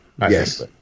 Yes